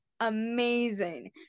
amazing